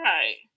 Right